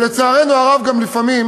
ולצערנו הרב, לפעמים